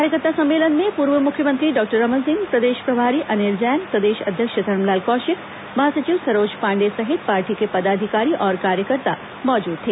कार्यकर्ता सम्मेलन में पूर्व मुख्यमंत्री डॉक्टर रमन सिंह प्रदेश प्रभारी अनिल जैन प्रदेश अध्यक्ष धरमलाल कौशिक महासचिव सरोज पांडेय सहित पार्टी के पदाधिकारी और कार्यकर्ता मौजूद थे